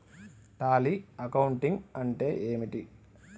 Tally accounting అంటే ఏమిటి?